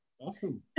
Awesome